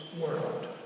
world